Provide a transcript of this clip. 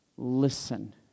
Listen